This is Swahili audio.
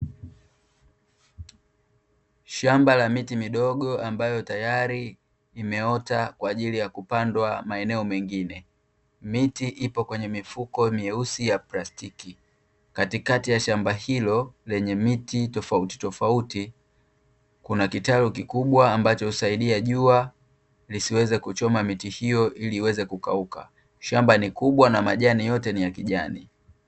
Shamba la miti midogo ambayo tayari imeota kwa ajili ya kupandwa maeneo mengine, miti ipo kwenye mifuko myeusi ya plastiki, katikati ya shamba hilo lenye miti tofauti tofauti kuna kitalu kikubwa ambacho husaidia jua lisiweze kuchoma miti hiyo ili iweze kukauka, shamba ni kubwa na miti yote ni ya kijani.